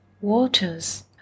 waters